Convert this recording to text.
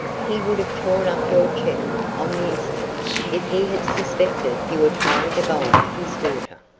he would have torn up your check on the instant if he had suspected you were trying to buy his daughter.